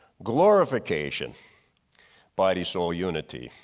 glorification body-soul unity.